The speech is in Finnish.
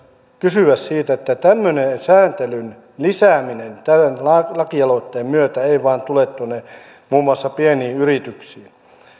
kysyä siitä että tämmöinen sääntelyn lisääminen tämän lakialoitteen myötä ei vain tule muun muassa pieniin yrityksiin